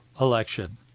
election